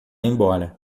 embora